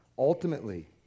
ultimately